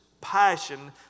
passion